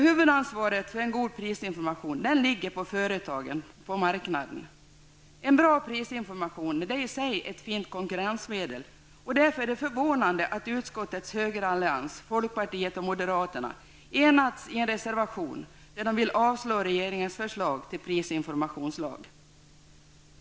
Huvudansvaret för en god prisinformation ligger hos företagen på marknaden. En bra prisinformation är i sig ett fint konkurrensmedel. Därför är det förvånande att utskottets högerallians -- folkpartiet och moderaterna -- enats i en reservation där de avstyrker regeringens förslag till prisinformationslag.